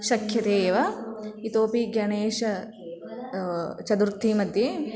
शक्यते एव इतोपि गणेश चतुर्थीमध्ये